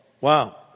Wow